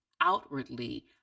outwardly